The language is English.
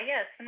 Yes